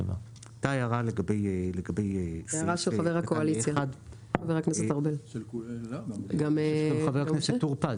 הייתה הערה של חבר הכנסת ארבל ושל חבר הכנסת טור פז.